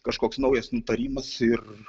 kažkoks naujas nutarimas ir